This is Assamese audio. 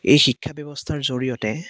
এই শিক্ষা ব্যৱস্থাৰ জৰিয়তে